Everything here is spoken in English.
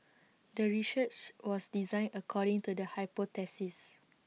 the research was designed according to the hypothesis